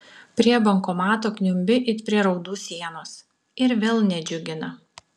prie bankomato kniumbi it prie raudų sienos ir vėl nedžiugina